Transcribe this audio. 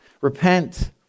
repent